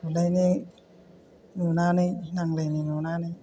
बुलायनाय नुनानै नांलायनाय नुनानै